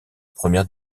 première